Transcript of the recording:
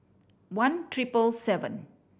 one triple seven